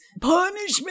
Punishment